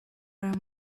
very